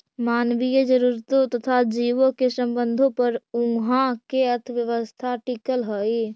मानवीय जरूरतों तथा जीवों के संबंधों पर उहाँ के अर्थव्यवस्था टिकल हई